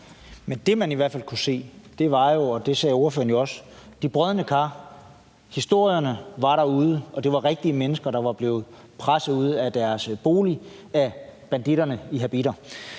Men det, man i hvert fald kunne se, var jo – og det sagde ordføreren også – de brodne kar. Historierne var derude, og de handlede om rigtige mennesker, der var blevet presset ud af deres bolig af banditter i habitter.